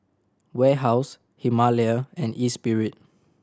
Warehouse Himalaya and Espirit